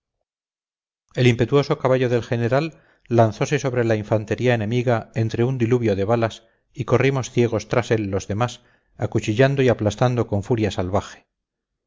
el impetuoso caballo del general lanzose sobre la infantería enemiga entre un diluvio de balas y corrimos ciegos tras él los demás acuchillando y aplastando con furia salvaje